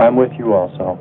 i'm with you also